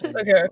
okay